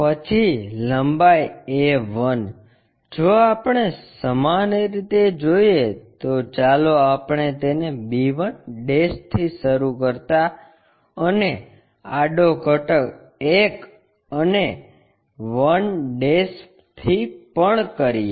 પછી લંબાઈ a 1 જો આપણે સમાન રીતે જોઈએ તો ચાલો આપણે તેને b 1 થી શરૂ કરતાં અને આડો ઘટક 1 અને 1 થી પણ કરીએ